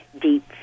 deep